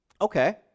Okay